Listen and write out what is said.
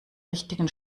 richtigen